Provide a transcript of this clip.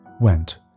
went